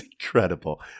incredible